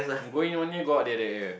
go in only go out that area